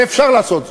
ואפשר לעשות זאת.